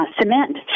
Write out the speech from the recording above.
cement